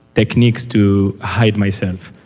techniques to hide myself,